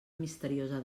misteriosa